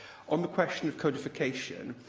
on the question of codification,